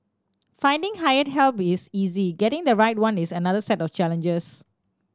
finding hired help is easy getting the right one is another set of challenges